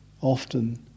often